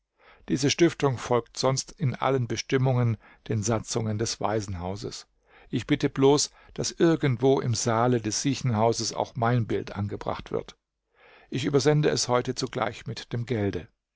diese stiftung folgt sonst in allen bestimmungen den satzungen des waisenhauses ich bitte bloß daß irgendwo im saale des siechenhauses auch mein bild angebracht wird ich übersende es heute zugleich mit dem gelde